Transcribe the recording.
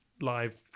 live